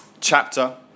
chapter